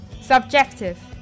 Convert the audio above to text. Subjective